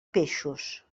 peixos